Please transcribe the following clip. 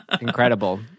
Incredible